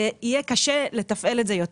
זה יהיה קשה לתפעל את זה יותר.